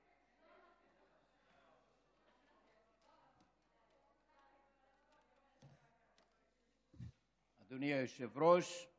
אדוני היושב-ראש,